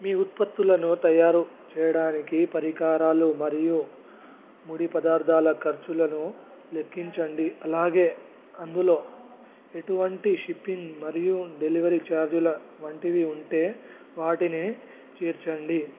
మీ ఉత్పత్తులను తయారు చేయడానికి పరికరాలు మరియు ముడిపదార్థాల ఖర్చులను లెక్కించండి అలాగే అందులో ఎటువంటి షిప్పింగ్ మరియు డెలివరీ ఛార్జీల వంటివి ఉంటే వాటిని చేర్చండి